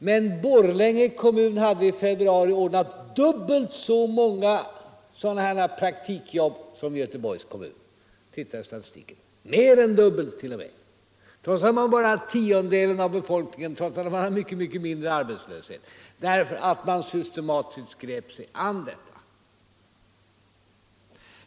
Men Borlänge kommun hade i februari ordnat mer än dubbelt så många praktikjobb som Göteborgs kommun -— det visar statistiken — trots att man bara har tiondelen av befolkningen och mycket mindre arbets 79 löshet, därför att man systematiskt grep sig an detta.